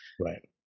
Right